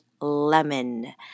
lemon